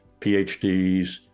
PhDs